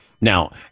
Now